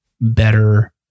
better